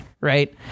right